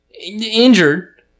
injured